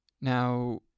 Now